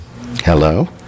hello